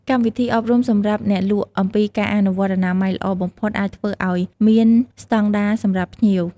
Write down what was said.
កម្មវិធីអប់រំសម្រាប់អ្នកលក់អំពីការអនុវត្តអនាម័យល្អបំផុតអាចធ្វើអោយឲ្យមានស្តង់ដារសម្រាប់ភ្ញៀវ។